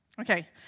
Okay